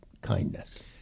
kindness